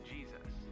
Jesus